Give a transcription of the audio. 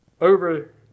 over